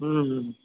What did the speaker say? हूँ हूँ